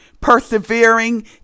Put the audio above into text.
persevering